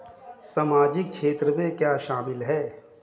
सामाजिक क्षेत्र में क्या शामिल है?